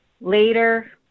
Later